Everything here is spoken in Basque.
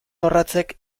orratzek